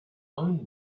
own